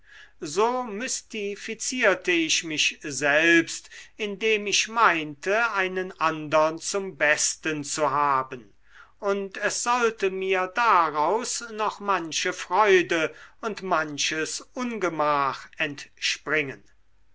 so mystifizierte ich mich selbst indem ich meinte einen andern zum besten zu haben und es sollte mir daraus noch manche freude und manches ungemach entspringen